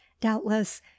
doubtless